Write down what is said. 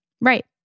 Right